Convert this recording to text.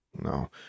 No